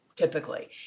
typically